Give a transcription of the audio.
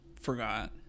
forgot